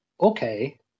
okay